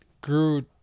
grew